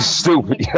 stupid